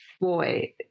Boy